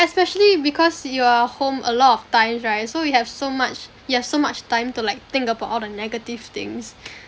especially because you are home a lot of times right so you have so much you have so much time to like think about all the negative things